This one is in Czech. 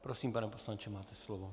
Prosím, pane poslanče, máte slovo.